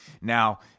Now